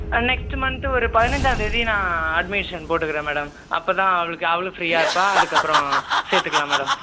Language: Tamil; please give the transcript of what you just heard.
நெக்ஸ்ட்டு மந்த்து ஒரு பதினைஞ்சாந்தேதி நான் அட்மிஷன் போட்டுக்கிறேன் மேடம் அப்போதான் அவளுக்கு அவளும் ஃப்ரீயாக இருப்பாள் அதுக்கப்புறம் சேர்த்துக்கலாம் மேடம்